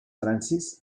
francis